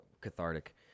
cathartic